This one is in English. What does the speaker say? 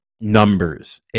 numbers